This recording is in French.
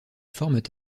forment